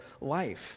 life